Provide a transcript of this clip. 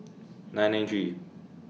nine nine three